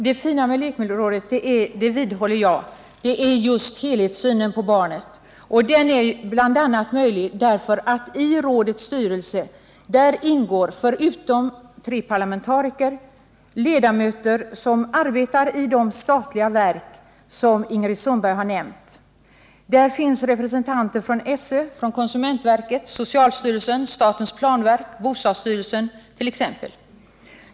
Herr talman! Jag vidhåller att det fina med lekmiljörådet är just helhetssynen på barnet. Men denna är möjlig bl.a. därför att det i rådets styrelse ingår, förutom tre parlamentariker, personer som arbetar i det statliga verk som Ingrid Sundberg nämnde. Det finns representanter för t.ex. SÖ, konsumentverket, socialstyrelsen, statens planverk och bostadsstyrelsen.